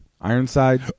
Ironside